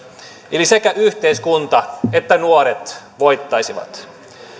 eli sekä yhteiskunta että nuoret voittaisivat